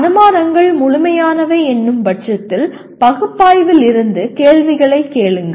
அனுமானங்கள் முழுமையானவை என்னும் பட்சத்தில் பகுப்பாய்விலிருந்து கேள்விகளைக் கேளுங்கள்